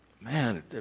man